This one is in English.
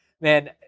man